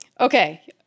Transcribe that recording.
Okay